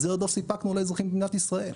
את זה עוד לא סיפקנו לאזרחי מדינת ישראל.